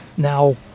Now